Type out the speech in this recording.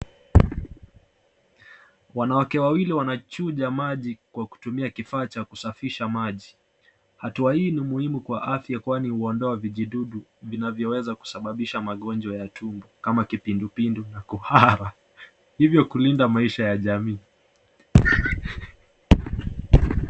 Wanawake wawili wana chuja maji kwa kutumia kifaa cha kusafisha maji. Hatua hii ni muhimu kwa afya kwani huondoa vijidudu vinavyoweza kusababisha magojwa ya tumbo kama kipindupindu na kuhara hivyo kulinda maisha ya jamii.